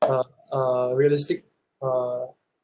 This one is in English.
uh uh realistic uh